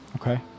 Okay